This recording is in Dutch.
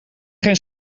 geen